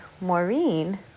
Maureen